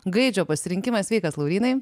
gaidžio pasirinkimas sveikas laurynai